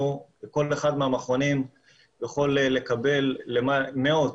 כל אחד מהמכונים יכול לקבל מאות,